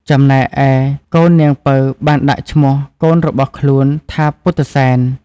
ចំណែកឯកូនាងពៅបានដាក់ឈ្មោះកូនរបស់ខ្លួនថាពុទ្ធិសែន។